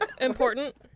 important